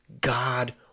God